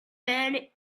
men